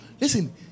Listen